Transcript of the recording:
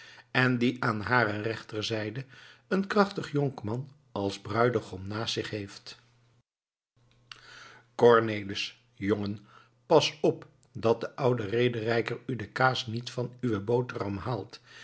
en die aan hare rechterzijde een krachtig jonkman als bruidegom naast zich heeft cornelis jongen pas op dat de oude rederijker u de kaas niet van uwe boterham haalt